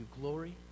glory